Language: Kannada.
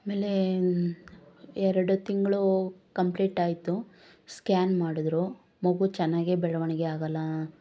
ಆಮೇಲೆ ಎರಡು ತಿಂಗಳು ಕಂಪ್ಲೀಟ್ ಆಯ್ತು ಸ್ಕ್ಯಾನ್ ಮಾಡಿದ್ರು ಮಗು ಚೆನ್ನಾಗಿ ಬೆಳವಣಿಗೆ ಆಗೋಲ್ಲ